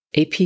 AP